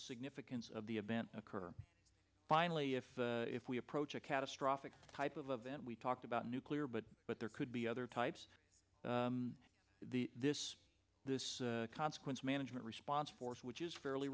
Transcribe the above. significance of the event occur finally if if we approach a catastrophic type of event we talked about nuclear but but there could be other types the this this consequence management response force which is fairly